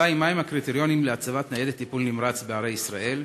2. מה הם הקריטריונים להצבת ניידות טיפול נמרץ בערי ישראל?